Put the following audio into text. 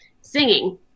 singing